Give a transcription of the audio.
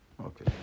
Okay